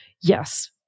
yes